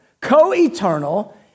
co-eternal